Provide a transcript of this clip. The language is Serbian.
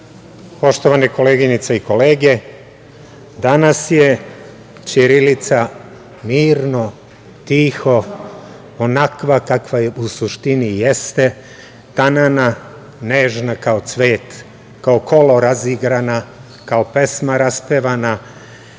Poštovane koleginice i kolege, danas je ćirilica mirna, tiha, onakva u suštini jeste, tanana, nežna kao cvet, kao kolo razigrana, kao pesma raspevana,